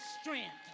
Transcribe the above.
strength